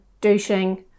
douching